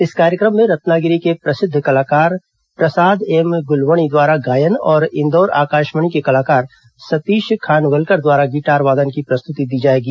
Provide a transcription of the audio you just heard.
इस कार्यक्रम में रत्नागिरी के सुप्रसिद्ध कलाकार प्रसाद एम गुलवणी द्वारा गायन और इंदौर आकाशवाणी के कलाकार सतीश खानवलकर द्वारा गिटार वादन की प्रस्तुति दी जाएगी